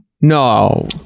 No